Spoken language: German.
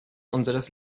unseres